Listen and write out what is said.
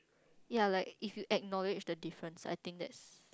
ya like if you acknowledge the difference I think that's